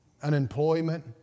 unemployment